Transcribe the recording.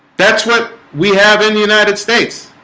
that's what we have in the united states